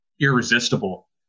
irresistible